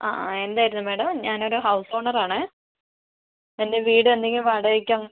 ആ ആ എന്തായിരുന്നു മാഡം ഞാനൊരു ഹൗസ് ഓണർ ആണ് എൻ്റെ വീടെന്തെങ്കിലും വാടകയ്ക്കോ